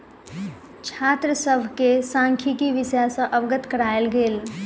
छात्र सभ के सांख्यिकी विषय सॅ अवगत करायल गेल